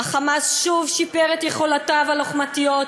ה"חמאס" שוב שיפר את יכולותיו הלוחמתיות,